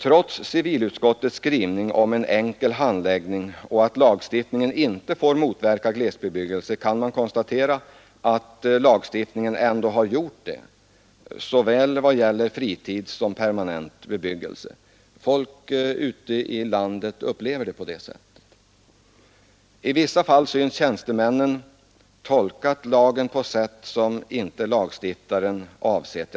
Trots civilutskottets skrivning om en enkel handläggning och att lagstiftningen inte får motverka glesbebyggelse kan man konstatera att lagstiftning ändå har gjort detta i vad gäller såväl fritidsoch permanent bebyggelse. Människor ute i landet upplever det på det sättet. I vissa fall synes tjänstemännen ha tolkat lagen på ett sätt som lagstiftarna inte avsett.